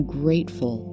grateful